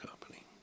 Company